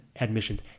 admissions